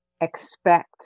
expect